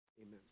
Amen